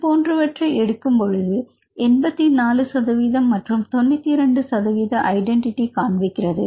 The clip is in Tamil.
இதுபோன்றவற்றை எடுக்கும்பொழுது அது 84 மற்றும் 92 ஐடென்டிட்டி காண்பிக்கிறது